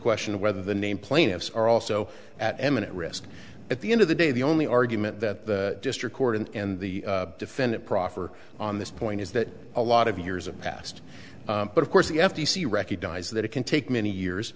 question of whether the name plaintiffs are also at eminent risk at the end of the day the only argument that the district court and the defendant proffer on this point is that a lot of years of past but of course the f t c recognize that it can take many years